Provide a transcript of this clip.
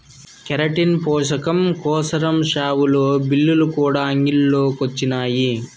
keratin పోసకం కోసరం షావులు, బిల్లులు కూడా అంగిల్లో కొచ్చినాయి